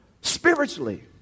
spiritually